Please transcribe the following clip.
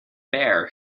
bear